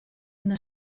una